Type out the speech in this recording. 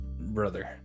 brother